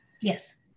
yes